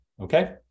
Okay